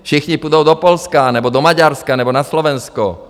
Všichni půjdou do Polska nebo do Maďarska nebo na Slovensko?